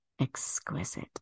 exquisite